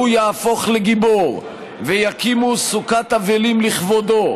והוא יהפוך לגיבור ויקימו סוכת אבלים לכבודו,